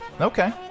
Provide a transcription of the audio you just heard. Okay